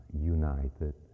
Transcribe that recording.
united